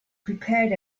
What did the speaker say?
prepared